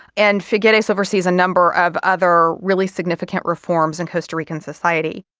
and figueres oversees a number of other really significant reforms in costa rican society.